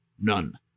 None